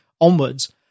onwards